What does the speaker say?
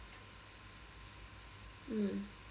mm